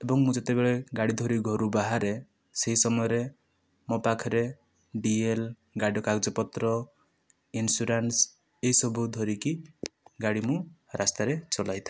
ଏବଂ ମୁ ଯେତେବେଳେ ଗାଡ଼ି ଧରି ଘରୁ ବାହାରେ ସେଇ ସମୟରେ ମୋ ପାଖରେ ଡିଏଲ୍ ଗାଡ଼ିର କାଗଜ ପତ୍ର ଇନସୁରାନ୍ସ ଏଇ ସବୁ ଧରିକି ଗାଡ଼ି ମୁ ରାସ୍ତାରେ ଚଲାଇଥାଏ